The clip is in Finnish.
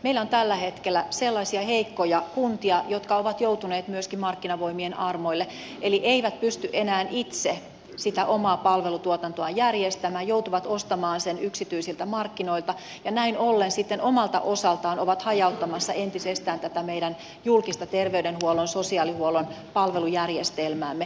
meillä on tällä hetkellä sellaisia heikkoja kuntia jotka ovat joutuneet myöskin markkinavoimien armoille eli eivät pysty enää itse sitä omaa palvelutuotantoaan järjestämään joutuvat ostamaan sen yksityisiltä markkinoilta ja näin ollen sitten omalta osaltaan ovat hajauttamassa entisestään tätä meidän julkista terveydenhuollon sosiaalihuollon palvelujärjestelmäämme